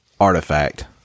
artifact